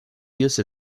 use